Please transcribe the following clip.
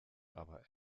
aber